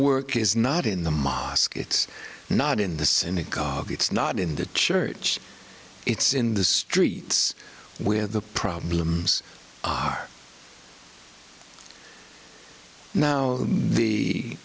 work is not in the mosque it's not in the synagogue it's not in the church it's in the streets where the problems are now the